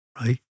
right